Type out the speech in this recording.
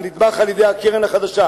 הנתמך על-ידי הקרן החדשה,